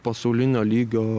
pasaulinio lygio